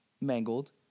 mangled